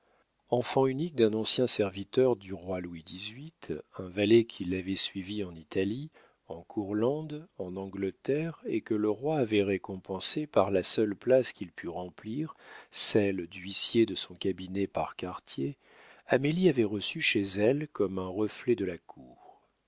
enfant unique d'un ancien serviteur du roi louis xviii un valet qui l'avait suivi en italie en courlande en angleterre et que le roi avait récompensé par la seule place qu'il pût remplir celle d'huissier de son cabinet par quartier amélie avait reçu chez elle comme un reflet de la cour